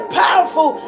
powerful